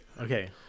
Okay